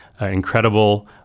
incredible